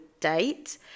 date